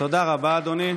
תודה רבה, אדוני.